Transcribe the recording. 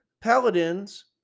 Paladins